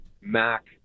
mac